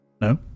No